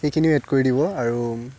সেইখিনি এড কৰি দিব আৰু